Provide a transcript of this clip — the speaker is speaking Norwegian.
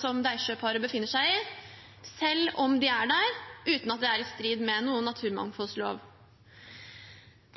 som Deisjøen-paret befinner seg i, selv om de er der, uten at det er i strid med noen naturmangfoldlov.